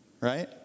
right